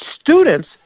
students